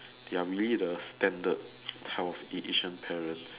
they are really the standard house a Asian parents